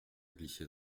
glisser